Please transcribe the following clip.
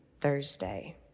Thursday